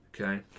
Okay